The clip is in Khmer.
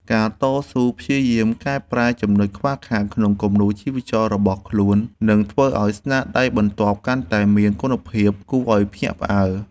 ការតស៊ូព្យាយាមកែប្រែចំណុចខ្វះខាតក្នុងគំនូរជីវចលរបស់ខ្លួននឹងធ្វើឱ្យស្នាដៃបន្ទាប់កាន់តែមានគុណភាពគួរឱ្យភ្ញាក់ផ្អើល។